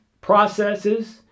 processes